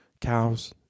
cows